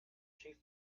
she